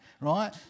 right